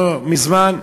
מזמן,